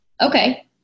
Okay